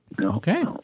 Okay